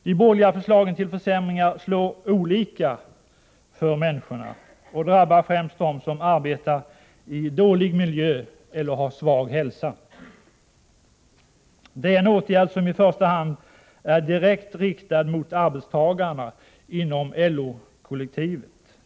De borgerliga förslagen till försämringar slår olika för människor och drabbar främst dem som arbetar i dålig miljö eller har svag hälsa. Det är en åtgärd som i första hand är direkt riktad mot arbetstagarna inom LO kollektivet.